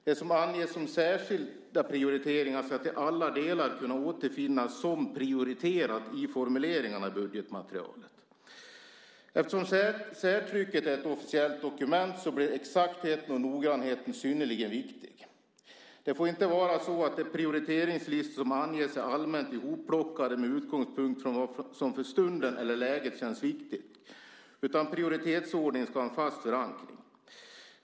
Det som anges som särskilda prioriteringar ska till alla delar kunna återfinnas som prioriterat i formuleringarna i budgetmaterialet. Eftersom särtrycket är ett officiellt dokument blir exaktheten och noggrannheten synnerligen viktiga. De prioriteringslistor som anges får inte vara allmänt ihopplockade med utgångspunkt från vad som för stunden eller i nuläget känns viktigt. Prioritetsordningen ska ha en fast förankring.